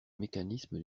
mécanisme